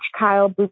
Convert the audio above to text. Kyle